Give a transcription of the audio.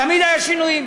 תמיד היו שינויים.